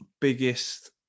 biggest